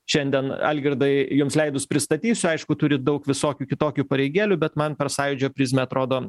šiandien algirdai jums leidus pristatysiu aišku turi daug visokių kitokių pareigėlių bet man per sąjūdžio prizmę atrodo